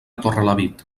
torrelavit